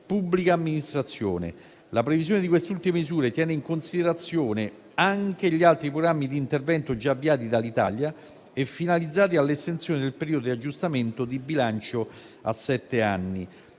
pubblica amministrazione. La previsione di queste ultime misure tiene in considerazione anche gli altri programmi di intervento già avviati dall'Italia e finalizzati all'estensione del periodo di aggiustamento di bilancio a sette anni.